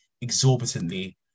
exorbitantly